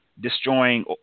destroying